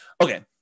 Okay